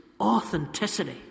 authenticity